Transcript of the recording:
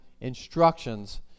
instructions